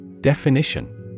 DEFINITION